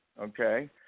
Okay